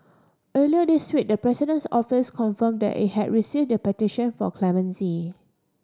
earlier this week the President's Office confirmed that it had received the petition for clemency